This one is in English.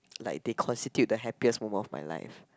like they constitute the happiest moment of my life